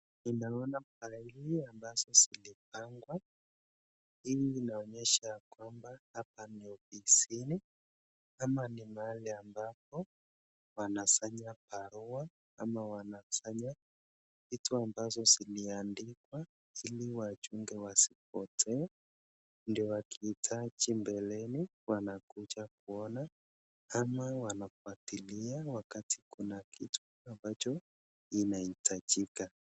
ninaona mafaili ambazo zimepangwa. Hii inaonyesha ya kwamba hapa ni ofisini ama ni mahali ambapo wanasanya barua ama wanasanya vitu ambavyo viliandikwa ili wachunge visipotee ndio wakihitaji mbeleni wanakuja kuona ama wanafuatilia wakati kuna kitu ambacho inahitajika.